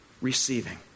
receiving